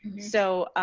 so,